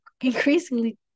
increasingly